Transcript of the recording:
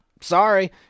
Sorry